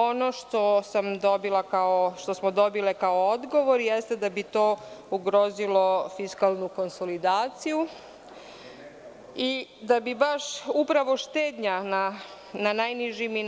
Ono što smo dobile kao odgovor jeste da bi to ugrozilo fiskalnu konsolidaciju i da bi baš upravo štednja na najnižim i